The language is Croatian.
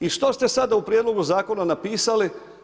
I što ste sada u prijedlogu zakona napisali?